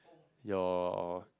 your